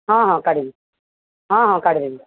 ହଁ ହଁ କାଢ଼ିବି ହଁ ହଁ କାଢ଼ିଦେବି